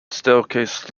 staircase